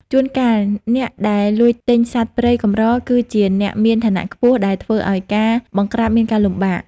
ជួនកាលអ្នកដែលលួចទិញសត្វព្រៃកម្រគឺជាអ្នកមានឋានៈខ្ពស់ ដែលធ្វើឱ្យការបង្ក្រាបមានការលំបាក។